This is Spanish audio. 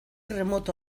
remoto